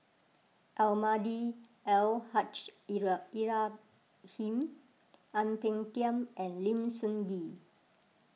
Almahdi Al Haj Ibrahim Ang Peng Tiam and Lim Sun Gee